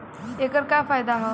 ऐकर का फायदा हव?